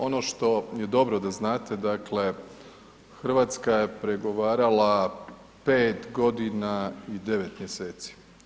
Ono što je dobro da znate dakle Hrvatska je pregovarala pet godina i devet mjeseci.